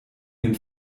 den